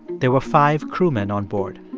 there were five crewmen onboard.